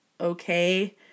okay